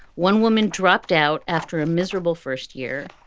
one woman dropped out after a miserable first year.